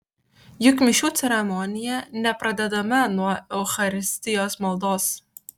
juk mišių ceremonija nepradedama nuo eucharistijos maldos